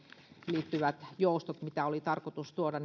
liittyvät joustot mitä oli tarkoitus tuoda